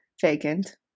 vacant